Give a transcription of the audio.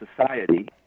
society